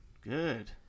Good